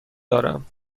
دارم